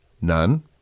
None